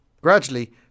Gradually